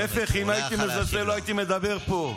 להפך, אם הייתי מזלזל, לא הייתי מדבר פה.